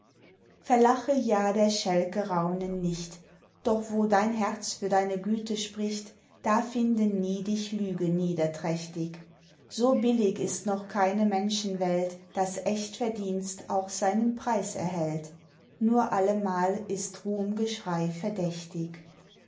verlache ja der schälke raunen nicht doch wo dein herz für deine güte spricht da finde nie dich lüge niederträchtig so billig ist noch keine menschenwelt das echt verdienst auch seinen preis erhält nur allemal ist ruhmgeschrei verdächtig